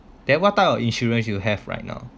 then what type of insurance you have right now